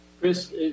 Chris